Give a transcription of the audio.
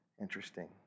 interesting